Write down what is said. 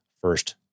First